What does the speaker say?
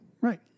Right